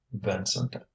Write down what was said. vincent